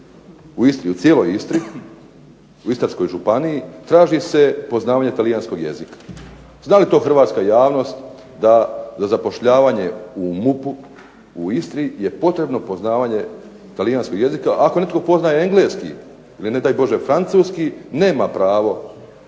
u Istri, u cijeloj Istri, u Istarskoj županiji, traži se poznavanje talijanskog jezika. Zna li to hrvatska javnost da za zapošljavanje u MUP-u u Istri je potrebno poznavanje talijanskog jezika? Ako netko poznaje engleski ili ne daj Bože francuski nema pravo